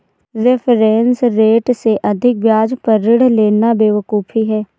reference rate से अधिक ब्याज पर ऋण लेना बेवकूफी है